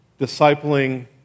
discipling